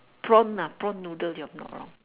prawn ah prawn noodle if I'm not wrong